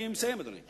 אני מסיים, אדוני.